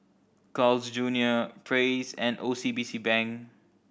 Carl's Junior Praise and O C B C Bank